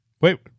Wait